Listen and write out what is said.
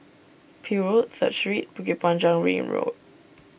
Peel Road Third Street Bukit Panjang Ring Road